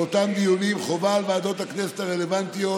באותם דיונים חובה על ועדות הכנסת הרלוונטיות